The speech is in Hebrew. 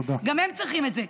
וגם הם צריכים את זה,